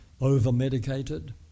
over-medicated